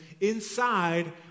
inside